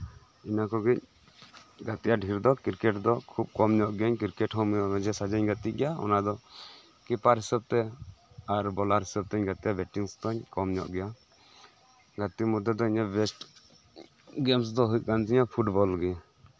ᱤᱱᱟᱹ ᱠᱚᱜᱮᱧ ᱜᱟᱛᱮᱜᱼᱟ ᱰᱷᱮᱨ ᱫᱚ ᱠᱤᱨᱠᱮᱴ ᱫᱚ ᱠᱷᱩᱵ ᱠᱚᱢ ᱧᱚᱜ ᱜᱮ ᱠᱤᱨᱠᱮᱴ ᱫᱚ ᱢᱟᱡᱷᱮ ᱥᱟᱡᱷᱮᱧ ᱜᱟᱛᱮᱜ ᱜᱮᱭᱟ ᱚᱱᱟ ᱫᱚ ᱠᱤᱯᱟᱨ ᱦᱤᱥᱟᱹᱵᱛᱮ ᱟᱨ ᱵᱚᱞᱟᱨ ᱦᱤᱥᱟᱹᱵᱽ ᱛᱤᱧ ᱜᱟᱛᱮᱜᱼᱟ ᱠᱚᱢ ᱧᱚᱜ ᱜᱮᱭᱟ ᱜᱟᱛᱮ ᱢᱚᱫᱽᱫᱷᱮ ᱨᱮ ᱵᱮᱥᱴ ᱜᱮᱢᱥ ᱫᱚ ᱦᱩᱭᱩᱜ ᱠᱟᱱ ᱛᱤᱧᱟ ᱯᱷᱩᱴᱵᱚᱞ ᱜᱮ